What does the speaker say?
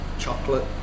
chocolate